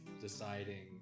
deciding